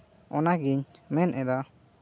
ᱚᱱᱟᱜᱤᱧ ᱢᱮᱱᱮᱫᱟ